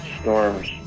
storms